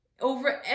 over